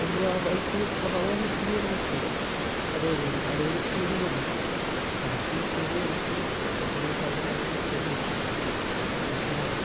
നമ്മൾ ആ ബൈക്ക് വാങ്ങാതിരിക്കുന്നതാണ് ബെറ്ററ് അതേപോലെ അറുപത് സ്പീഡ് മതി മാക്സിമം സ്പീഡ് നമുക്ക് നമ്മളെ ടൗണിൽ അറുപത് സ്പീഡ് മതി പക്ഷെ